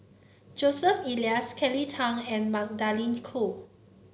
Joseph Elias Kelly Tang and Magdalene Khoo